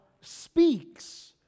speaks